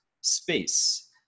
space